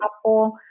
apple